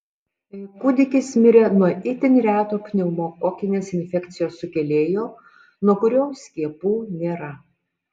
kūdikis mirė nuo itin reto pneumokokinės infekcijos sukėlėjo nuo kurio skiepų nėra